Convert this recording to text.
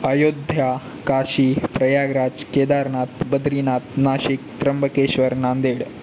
Ayodhya Kashi Prayagraj Kedarnath Badrinath Nashik Trimbakeshwar Nanded